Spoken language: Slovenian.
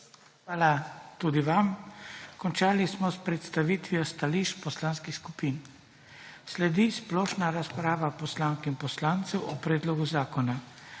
Hvala tudi vam. Končali smo s predstavitvijo stališč poslanskih skupin. Sledi splošna razprava poslank in poslancev o predlogu zakona.